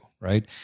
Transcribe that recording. Right